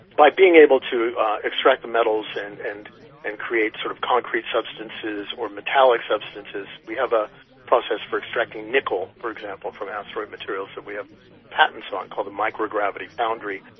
by being able to extract the metals and and and create create sort of concrete substances or metallic substances, we have a process for extracting nickel, for example, from asteroid materials that we have patents on called the microgravity foundry.